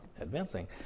advancing